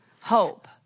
hope